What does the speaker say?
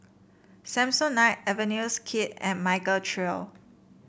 Samsonite Avenues Kid and Michael Trio